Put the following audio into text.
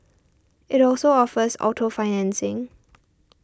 it also offers auto financing